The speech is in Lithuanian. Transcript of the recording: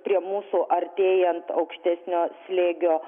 prie mūsų artėjant aukštesnio slėgio